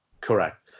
Correct